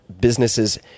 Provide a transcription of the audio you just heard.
businesses